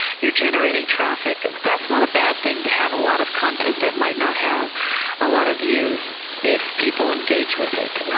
you're generating traffic. that's not a bad thing to have a lot of content that might not have a lot of views if people engage with it.